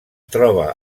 troba